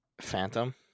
Phantom